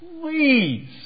please